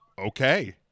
Okay